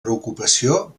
preocupació